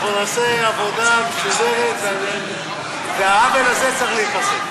אנחנו נעשה עבודה מסודרת, והעוול הזה צריך להיפסק.